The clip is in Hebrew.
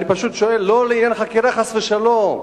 אני פשוט שואל, לא לעניין החקירה, חס ושלום,